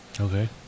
Okay